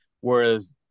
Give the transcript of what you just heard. whereas